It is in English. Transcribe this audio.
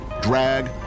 drag